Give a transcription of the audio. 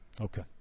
Okay